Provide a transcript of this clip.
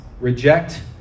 reject